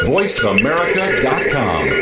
VoiceAmerica.com